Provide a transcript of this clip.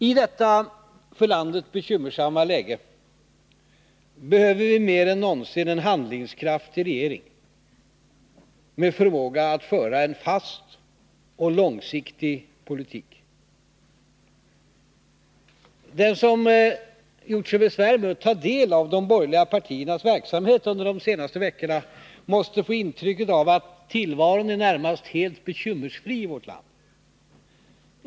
I detta för landet bekymmersamma läge behöver vi mer än någonsin en handlingskraftig regering med förmåga att föra en fast och långsiktig politik. Den som gjort sig besvär med att ta del av de borgerliga partiernas verksamhet under de senaste veckorna måste få intrycket av att tillvaron är i det närmaste helt bekymmersfri i vårt land.